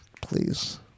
Please